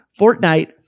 Fortnite